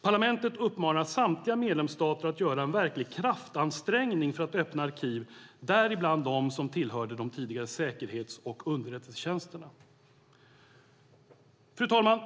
Parlamentet uppmanar samtliga medlemsstater att göra en verklig kraftansträngning för att öppna arkiv, däribland dem som tillhörde de tidigare säkerhets och underrättelsetjänsterna." Fru talman!